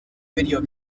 video